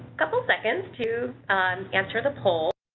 couple seconds to answer the poll.